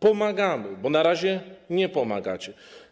pomagamy, bo na razie nie pomagacie.